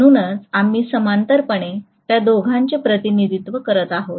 म्हणूनच आम्ही समांतरपणे त्या दोघांचे प्रतिनिधित्व करीत आहोत